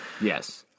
Yes